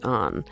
on